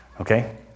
Okay